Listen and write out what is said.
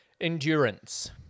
Endurance